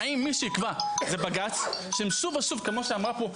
השאלה כאן היא אם מי שיקבע זה בג"ץ וכמו שהיא אמרה פה,